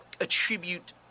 attribute